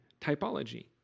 typology